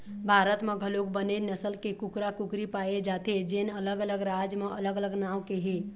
भारत म घलोक बनेच नसल के कुकरा, कुकरी पाए जाथे जेन अलग अलग राज म अलग अलग नांव के हे